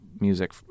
Music